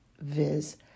viz